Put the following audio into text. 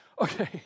Okay